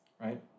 right